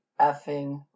effing